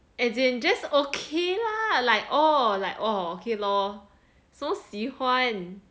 as in just okay lah like orh like orh okay lor 什么喜欢